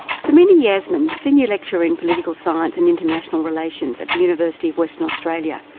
samina yasmeen, senior lecturer in political science and international relations at the university of western australia,